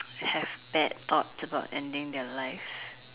have bad thoughts about ending their lives